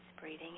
Breathing